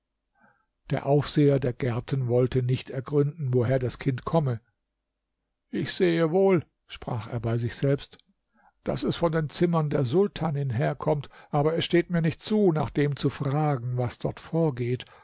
der aufseher der gärten wollte nicht ergründen woher das kind komme ich sehe wohl sprach er bei sich selbst daß es von den zimmern der sultanin herkommt aber es steht mir nicht zu nach dem zu fragen was dort vorgeht